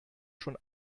schon